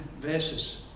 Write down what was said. verses